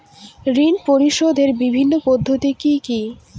ঋণ পরিশোধের বিভিন্ন পদ্ধতি কি কি?